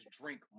drink